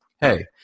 hey